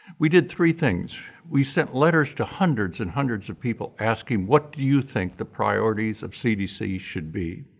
we did three things, we sent letters to hundreds and hundreds of people asking what do you think the priorities of cdc should be?